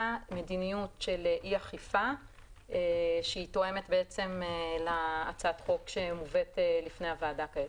מדיניות של אי-אכיפה שתואמת להצעת החוק שמובאת בפני הוועדה כעת.